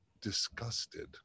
disgusted